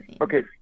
Okay